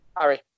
Harry